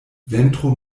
ventro